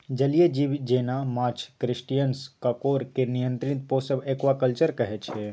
जलीय जीब जेना माछ, क्रस्टेशियंस, काँकोर केर नियंत्रित पोसब एक्वाकल्चर कहय छै